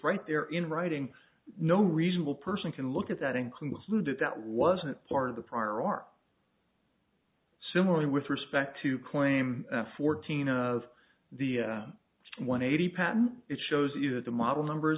right there in writing no reasonable person can look at that include that that wasn't part of the prior art similarly with respect to claim fourteen of the one eighty patent it shows you that the model number